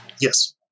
yes